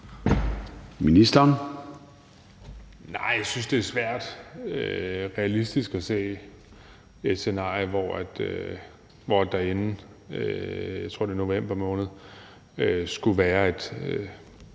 Bek): Nej, jeg synes, det er svært at se et realistisk scenarie, hvor der inden, jeg tror, det er november måned skulle være et